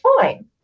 fine